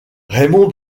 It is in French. raymond